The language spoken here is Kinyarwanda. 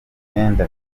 imyenda